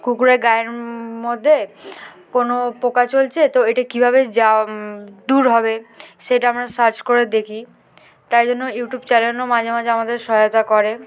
কুকুরের গায়ের মধ্যে কোনো পোকা চলছে তো এটা কীভাবে যা দূর হবে সেটা আমরা সার্চ করে দেখি তাই জন্য ইউটিউব চ্যানেলও মাঝে মাঝে আমাদের সহায়তা করে